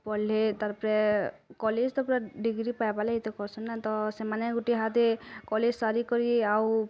ପଢ଼୍ ଲେ ତାର୍ ପରେ କଲେଜ୍ ତ ପରା ଡିଗ୍ରୀ ପାଇବା ଲାଗି ତ କରସୁନ୍ ନା ତ ସେମାନେ ଗୁଟିଏ ହାତେ କଲେଜ୍ ସାରିକରି ଆଉ